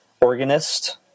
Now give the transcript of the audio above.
organist